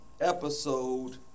episode